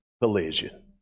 collision